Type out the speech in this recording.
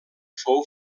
fou